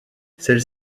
celle